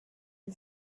and